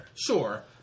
sure